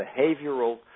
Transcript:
behavioral